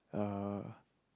uh